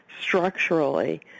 structurally